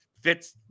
fits